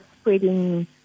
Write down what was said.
spreading